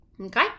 Okay